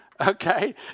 okay